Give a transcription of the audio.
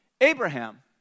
Abraham